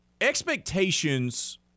expectations –